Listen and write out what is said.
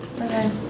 Okay